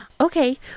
Okay